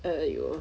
!aiyo!